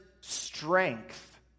strength